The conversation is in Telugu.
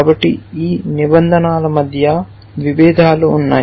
కాబట్టి ఈ నిబంధనల మధ్య విభేదాలు ఉన్నాయి